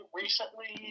recently